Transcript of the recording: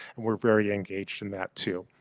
and we're very engaged in that too.